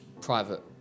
private